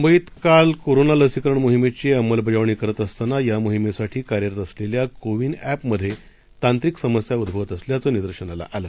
मुंबईत काल कोरोना लसीकरण मोहिमेची अंमलबजावणी करत असताना या मोहिमेसाठी कार्यरत असलेल्या कोवीन एपमध्ये तांत्रिक समस्या उद्भवत असल्याचं निदर्शनास आलं